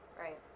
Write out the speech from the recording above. right